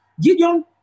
Gideon